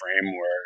framework